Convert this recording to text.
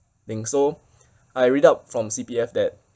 thing so I read up from C_P_F that